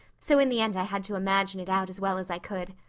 so in the end i had to imagine it out as well as i could.